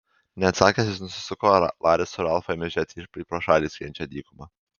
neatsakęs jis nusisuko o laris su ralfu ėmė žiūrėti į pro šalį skriejančią dykumą